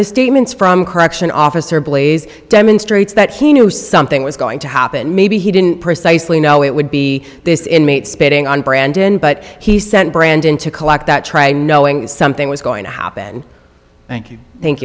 the statements from correction officer blaze demonstrates that he knew something was going to happen maybe he didn't precisely know it would be this inmate spitting on brandon but he sent brandon to collect that knowing something was going to happen thank you thank